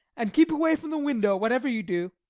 and keep away from the window, whatever you do.